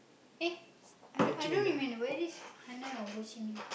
eh I I don't remember whether it's Hanoi or Ho-Chi-Minh